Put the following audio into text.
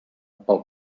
pel